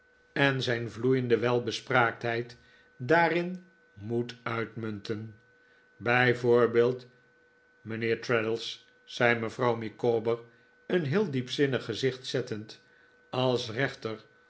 en zijn vloeiende welbespraaktheid daarin moet uitmunten bij voorbeeld mijnheer traddles zei mevrouw micawber een heel diepzinnig gezicht zettend als rechter